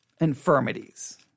infirmities